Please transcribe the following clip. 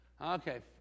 Okay